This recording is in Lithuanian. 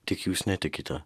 tik jūs netikite